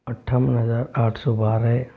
अट्ठावन हज़ार आठ सौ बारह